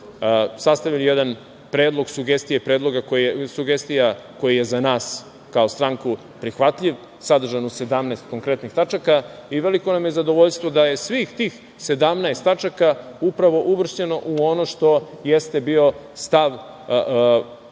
sastavili jedan predlog sugestija koji je za nas kao stranku prihvatljiv, sadržan u 17 konkretnih tačaka i veliko nam je zadovoljstvo da je svih tih 17 tačaka upravo uvršćeno u ono što jeste bio stav